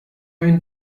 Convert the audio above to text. ein